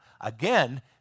again